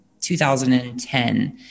2010